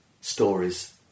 stories